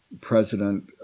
President